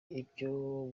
ibyo